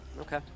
Okay